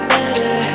Better